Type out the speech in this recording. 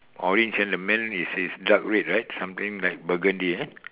orange and the man is is dark red right something like burgundy eh